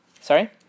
Sorry